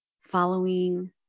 following